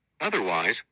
Otherwise